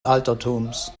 altertums